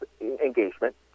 engagement